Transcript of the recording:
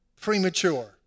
premature